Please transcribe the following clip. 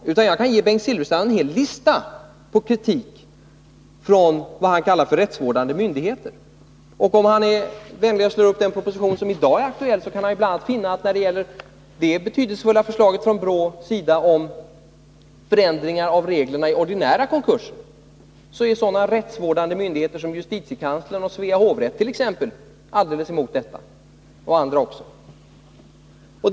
Jag kan presentera för Bengt Silfverstrand en lång lista innehållande kritik från vad han kallar för rättsvårdande myndigheter. Om Bengt Silfverstrand ville vara vänlig och titta i den proposition som i dag är aktuell, så skulle han när det gäller det betydelsefulla förslaget från BRÅ om förändringar av reglerna vid ordinära konkurser bl.a. finna att rättsvårdande myndigheter som justitiekanslern och Svea hovrätt samt även andra myndigheter är helt emot något sådant.